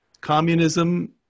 communism